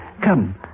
Come